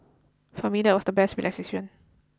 for me that was the best relaxation